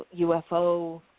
UFO